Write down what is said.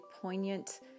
poignant